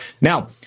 Now